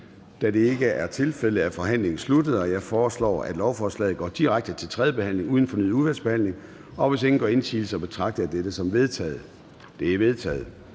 Da det ikke er tilfældet, er forhandlingen sluttet. Jeg foreslår, at lovforslaget går direkte til tredje behandling uden fornyet udvalgsbehandling. Hvis ingen gør indsigelse, betragter jeg dette som vedtaget. Det er vedtaget.